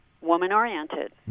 woman-oriented